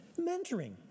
mentoring